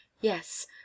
Yes